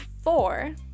four